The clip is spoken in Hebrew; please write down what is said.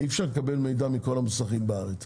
אי אפשר לקבל מידע מכל המוסכים בארץ.